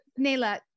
nayla